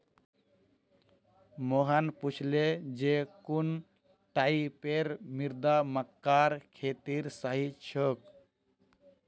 मोहन पूछले जे कुन टाइपेर मृदा मक्कार खेतीर सही छोक?